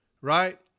right